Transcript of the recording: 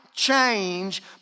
change